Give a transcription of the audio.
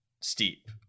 steep